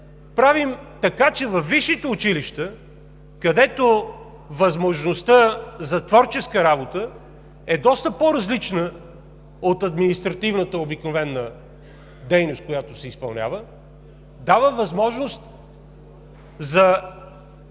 правим така, че във висшите училища, където възможността за творческа работа е доста по-различна от обикновената административна дейност, която се изпълнява, се дава възможност за